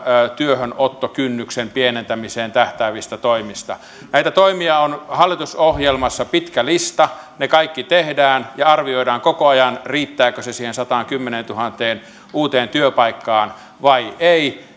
työhönottokynnyksen pienentämiseen tähtäävistä toimista näitä toimia on hallitusohjelmassa pitkä lista ne kaikki tehdään ja arvioidaan koko ajan riittävätkö ne siihen sataankymmeneentuhanteen uuteen työpaikkaan vai ei